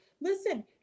Listen